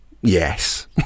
Yes